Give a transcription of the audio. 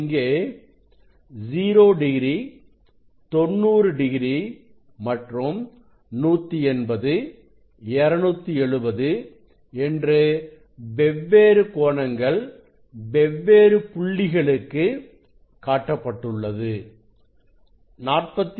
இங்கே 0 degree 90 degree மற்றும் 180 270 என்று வெவ்வேறு கோணங்கள் வெவ்வேறு புள்ளிகளுக்கு காட்டப்பட்டுள்ளது